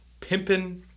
Pimpin